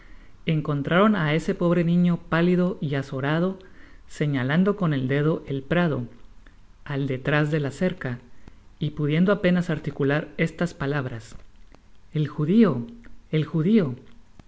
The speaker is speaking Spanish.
encontraron á ese pobre niño pálido y azorado señaando con el dedo el prado al detrás de la cerca y pudiendo apenas articular estas palabras el judio el judio